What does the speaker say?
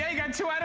yet to ah to